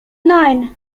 nine